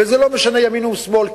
וזה לא משנה ימין או שמאל,